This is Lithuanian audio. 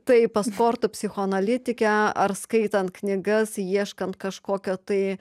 taip pat kortų psichoanalitikę ar skaitant knygas ieškant kažkokio tai